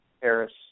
Paris